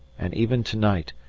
and even to-night,